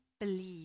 believe